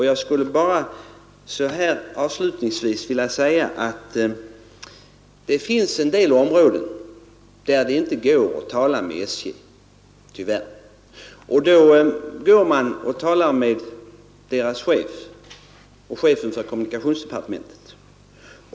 Jag skulle avslutningsvis vilja säga att det finns en del områden där det tyvärr inte går att tala med SJ. Då talar man med chefen för kommunikationsdepartementet.